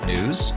News